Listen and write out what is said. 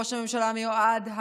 ראש הממשלה המיועד,